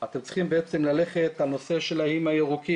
אתם צריכים בעצם ללכת על הנושא של האיים הירוקים